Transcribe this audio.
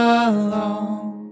alone